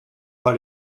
pas